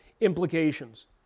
implications